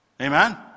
Amen